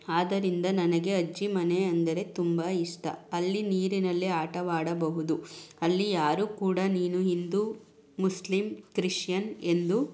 ಆದ್ದರಿಂದ ನನಗೆ ಅಜ್ಜಿ ಮನೆ ಅಂದರೆ ತುಂಬ ಇಷ್ಟ ಅಲ್ಲಿ ನೀರಿನಲ್ಲಿ ಆಟವಾಡಬಹುದು ಅಲ್ಲಿ ಯಾರೂ ಕೂಡ ನೀನು ಹಿಂದೂ ಮುಸ್ಲಿಂ ಕ್ರಿಶ್ಯನ್ ಎಂದು